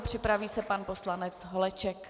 Připraví se pan poslanec Holeček.